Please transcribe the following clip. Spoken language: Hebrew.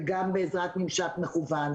זה גם בעזרת ממשק מכוון.